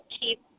keep